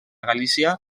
galícia